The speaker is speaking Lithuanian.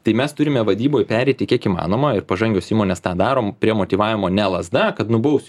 tai mes turime vadyboj pereiti kiek įmanoma ir pažangios įmonės tą darom prie motyvavimo ne lazda kad nubaus